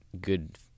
good